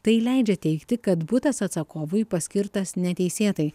tai leidžia teigti kad butas atsakovui paskirtas neteisėtai